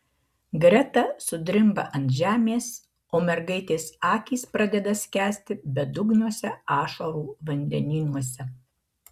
greta sudrimba ant žemės o mergaitės akys pradeda skęsti bedugniuose ašarų vandenynuose